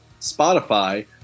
Spotify